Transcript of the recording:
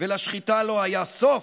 ולשחיטה לא היה סוף,